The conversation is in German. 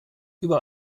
über